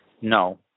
No